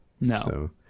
No